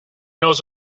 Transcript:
knows